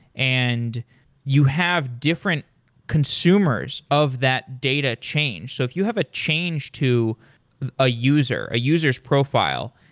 and you have different consumers of that data change so if you have a change to a user, a user s profile,